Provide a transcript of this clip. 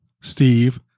Steve